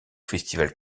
festival